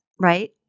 right